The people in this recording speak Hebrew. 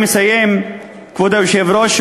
כבוד היושב-ראש,